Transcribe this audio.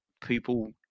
people